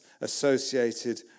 associated